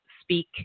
speak